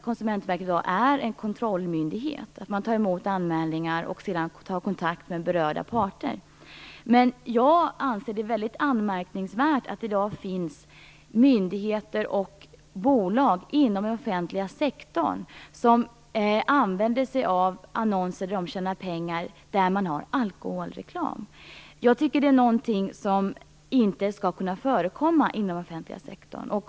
Konsumentverket tar emot anmälningar och kontaktar sedan berörda parter. Men det är anmärkningsvärt att det i dag finns myndigheter och bolag inom den offentliga sektorn som använder sig av annonser med alkoholreklam och tjänar pengar på det. Jag tycker att det är någonting som inte skall kunna förekomma inom den offentliga sektorn.